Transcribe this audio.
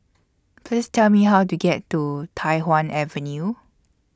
Please Tell Me How to get to Tai Hwan Avenue